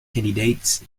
candidates